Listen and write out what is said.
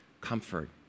comfort